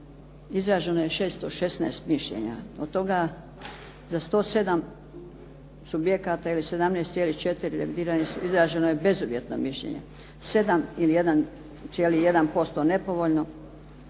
izraženo je 616 mišljenja. Od toga za 107 subjekta ili 17,4 revidiranih izraženo je bezuvjetno mišljenje. 7 ili 1,1% nepovoljno,